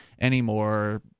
anymore